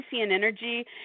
energy